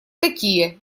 такие